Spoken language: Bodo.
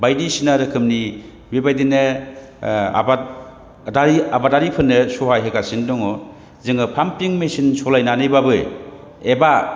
बायदिसिना रोखोमनि बेफोरबायदिनो आबादारि आबादारिफोरनो सहाय होगासिनो दङ जों पाम्पिं मेचिन सलायनानैबाबो एबा